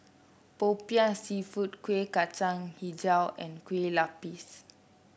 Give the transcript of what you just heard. popiah seafood Kuih Kacang hijau and Kueh Lupis